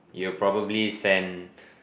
you will probably send